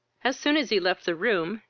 as soon as he left the room,